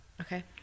Okay